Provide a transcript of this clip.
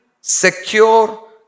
secure